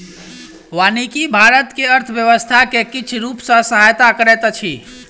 वानिकी भारत के अर्थव्यवस्था के किछ रूप सॅ सहायता करैत अछि